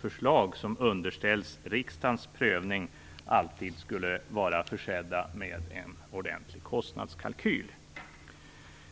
förslag som underställs riksdagens prövning alltid skulle vara försedda med en ordentlig kostnadskalkyl.